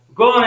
go